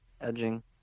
edging